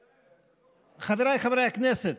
חבריי חברי הכנסת,